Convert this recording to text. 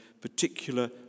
particular